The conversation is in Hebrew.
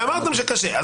אני עומד על מה שאמרתי.